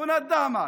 שכונת דהמש,